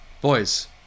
boys